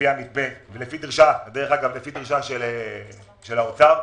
לפי דרישה של האוצר.